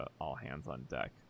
all-hands-on-deck